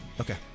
Okay